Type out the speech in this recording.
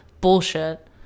bullshit